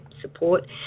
support